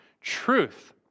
truth